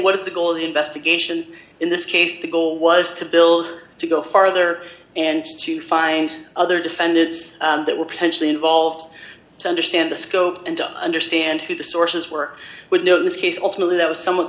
what is the goal of the investigation in this case the goal was to build to go farther and to find other defendants that were potentially involved to understand the scope and to understand who the sources were would know in this case ultimately that was somewhat